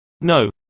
No